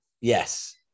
Yes